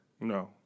No